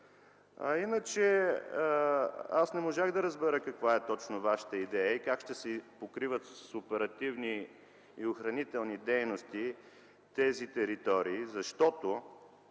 Иначе не можах да разбера каква точно е Вашата идея и как ще си покривате с оперативни охранителни дейности тези територии, защото,